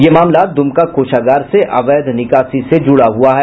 यह मामला दुमका कोषागार से अवैध निकासी से जुड़ा हुआ है